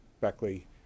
Beckley